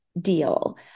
deal